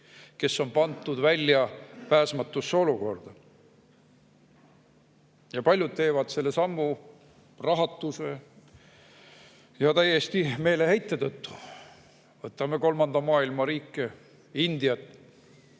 kes on pandud väljapääsmatusse olukorda. Paljud teevad selle sammu rahatuse ja täieliku meeleheite tõttu. Võtame näiteks kolmanda maailma riigid, India